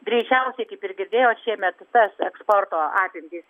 greičiausiai kaip ir didėjot šiemet tas eksporto apimtys